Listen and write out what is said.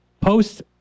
post